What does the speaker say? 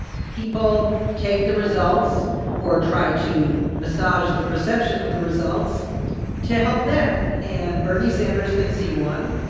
people take the results or try to massage the perception of the results to help them. and bernie sanders thinks he won.